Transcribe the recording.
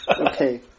Okay